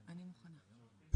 הירוק"